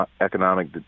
economic